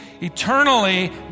eternally